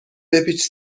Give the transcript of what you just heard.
بپیچ